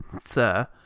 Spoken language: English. sir